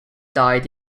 died